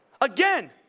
Again